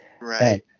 right